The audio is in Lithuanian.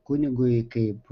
kunigui kaip